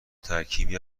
ترکیبی